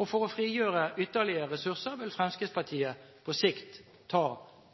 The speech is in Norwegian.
Og for å frigjøre ytterligere ressurser vil Fremskrittspartiet på sikt ta